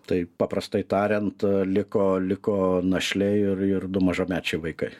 tai paprastai tariant liko liko našlė ir ir du mažamečiai vaikai